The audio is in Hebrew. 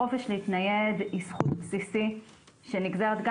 החופש להתנייד היא זכות בסיסית שנגזרת גם